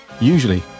usually